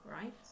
right